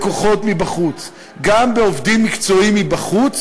בכוחות מבחוץ, גם בעובדים מקצועיים מבחוץ,